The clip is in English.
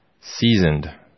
seasoned